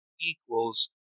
equals